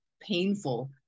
painful